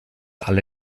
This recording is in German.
alle